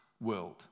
world